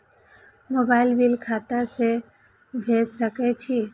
Mobile bill खाता से भेड़ सके छि?